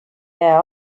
jää